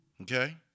Okay